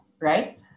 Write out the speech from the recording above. right